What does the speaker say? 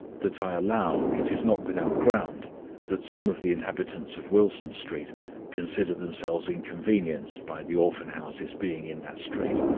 that i allow it is not without ground that some of the inhabitants of wilson street consider themselves inconvenienced by the orphan-houses being in that street,